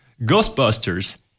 Ghostbusters